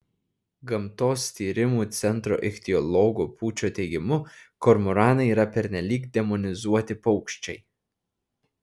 gamtos tyrimų centro ichtiologo pūčio teigimu kormoranai yra pernelyg demonizuoti paukščiai